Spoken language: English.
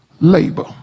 labor